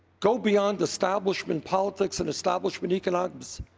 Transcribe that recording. go beyond establishment politics, and establishment economics,